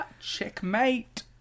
Checkmate